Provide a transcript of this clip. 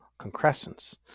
concrescence